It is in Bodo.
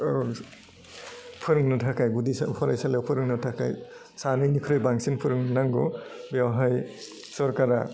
फोरोंनो थाखाय गुदि सरकारि फरायसालियाव फोरोंनो थाखाय सानैनिख्रुइ बांसिन फोरोंनांगौ बेवहाय सरकारा